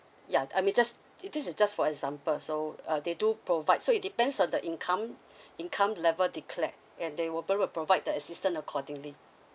yeah I mean just this is just for example so uh they do provide so it depends on the income income level declared and they will probably provide the assistant accordingly